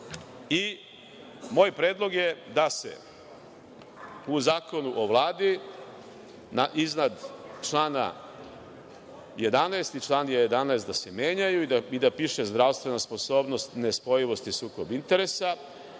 predlog je da se Zakon o Vladi, iznad člana 11. i član 11, menja i da piše – zdravstvena sposobnost, nespojivost i sukob interesa,